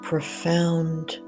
profound